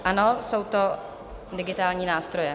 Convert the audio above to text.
Ano, jsou to digitální nástroje.